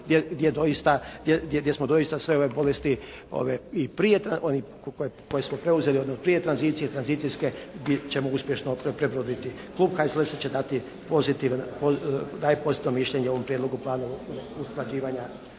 gdje smo doista sve ove …/Govornik se ne razumije./… i prije koje smo preuzeti odnosno prije tranzicije, tranzicijske gdje ćemo uspješno prebroditi. Klub HSLS-a će daje pozitivno mišljenje ovom Prijedlogu plana usklađivanja